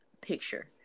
picture